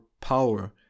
power